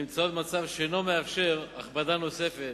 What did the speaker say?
הנמצאות במצב שאינו מאפשר הכבדה נוספת,